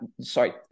sorry